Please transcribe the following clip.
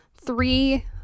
three